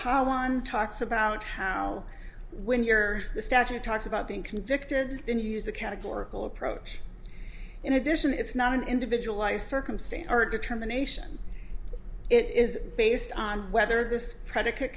how one talks about how when you're the statute talks about being convicted then you use a categorical approach in addition it's not an individualized circumstance or a determination it is based on whether this predicate